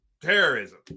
terrorism